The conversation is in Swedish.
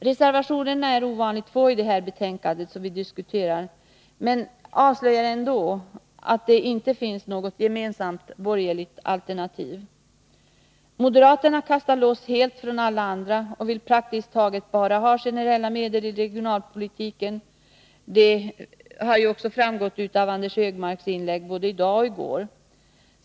Reservationerna är ovanligt få i det betänkande som vi diskuterar, men de avslöjar ändå att det inte finns något gemensamt borgerligt alternativ. Moderaterna kastar loss helt från alla andra och vill praktiskt taget bara ha generella medel i regionalpolitiken. Det har också framgått av Anders Högmarks inlägg både i dag och i går.